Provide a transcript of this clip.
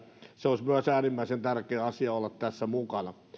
se olisi myös äärimmäisen tärkeä asia olla tässä mukana